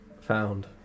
found